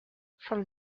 from